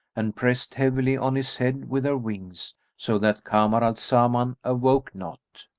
and pressed heavily on his head with her wings so that kamar al-zaman awoke not.